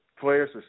players